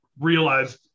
realized